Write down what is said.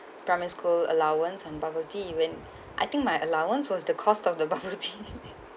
primary school allowance on bubble tea even I think my allowance was the cost of the bubble tea